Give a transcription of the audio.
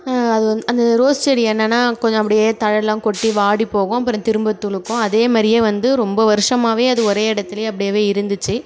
அது வந்து அந்த ரோஸ் செடி என்னென்னா கொஞ்சம் அப்படியே தழைலாம் கொட்டி வாடி போகும் அப்புறம் திரும்ப துளுர்க்கும் அதே மாதிரியே வந்து ரொம்ப வருஷமாகவே அது ஒரே இடத்துலே அப்டியே இருந்துச்சு